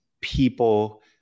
people